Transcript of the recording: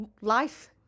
life